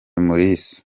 mulisa